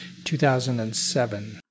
2007